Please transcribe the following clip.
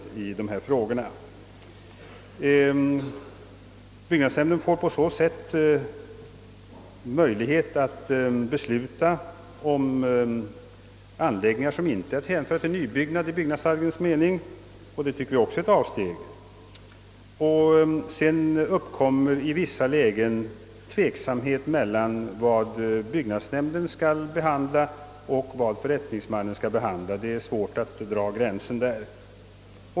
På så sätt får byggnadsnämnden möjlighet att besluta om anläggningar som inte är att hänföra till nybyggnad i byggnadsstadgans mening, och det tycker vi också är ett avsteg. Sedan uppkommer i vissa lägen tvek samhet om vad byggnadsnämnden skall behandla och vad förrättningsmannen skall handlägga. Där är det svårt att dra gränsen.